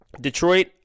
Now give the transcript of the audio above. Detroit